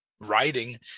Writing